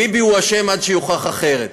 ביבי הוא אשם עד שיוכח אחרת.